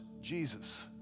Jesus